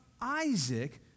Isaac